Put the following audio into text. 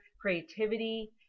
creativity